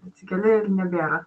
atsikeli ir nebėra